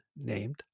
named